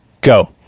go